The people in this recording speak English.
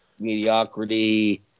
mediocrity